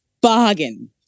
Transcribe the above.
Bargain